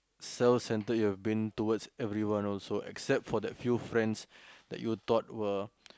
self centered you've been towards everyone also except for that few friends that you thought were